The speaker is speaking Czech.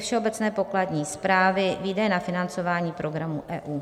Všeobecné pokladní správy, výdaje na financování programu EU.